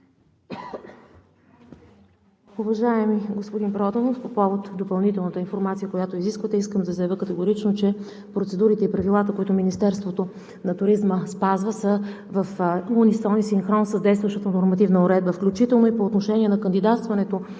Уважаеми господин Проданов, по повод допълнителната информация, която изисквате, искам категорично да заявя, че процедурите и правилата, които Министерството на туризма спазва, са в унисон и в синхрон с действащата нормативна уредба, включително и по отношение на кандидатстването